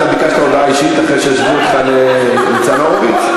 אתה ביקשת הודעה אישית אחרי שהשוו אותך לניצן הורוביץ?